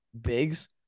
bigs